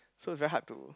so it's very hard to